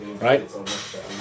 right